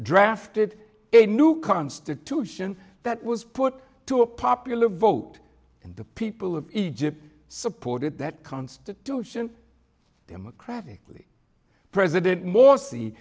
drafted a new constitution that was put to a popular vote and the people of egypt supported that constitution democratically president mor